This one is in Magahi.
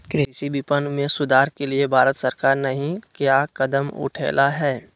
कृषि विपणन में सुधार के लिए भारत सरकार नहीं क्या कदम उठैले हैय?